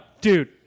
dude